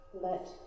let